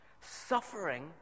Suffering